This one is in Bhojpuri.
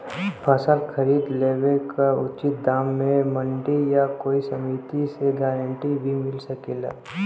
फसल खरीद लेवे क उचित दाम में मंडी या कोई समिति से गारंटी भी मिल सकेला?